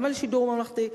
גם בשידור הממלכתי,